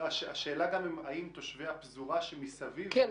השאלה הגם האם תושבי הפזורה שמסביב מסכימים?